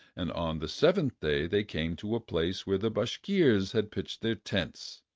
and on the seventh day they came to a place where the bashkirs had pitched their tents.